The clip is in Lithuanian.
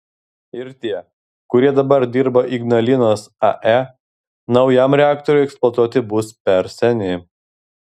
ir tie kurie dabar dirba ignalinos ae naujam reaktoriui eksploatuoti bus per seni